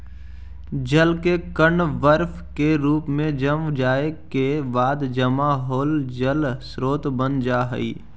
जल के कण बर्फ के रूप में जम जाए के बाद जमा होल जल स्रोत बन जा हई